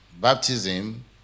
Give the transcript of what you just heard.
baptism